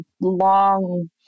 long